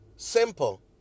Simple